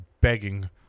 begging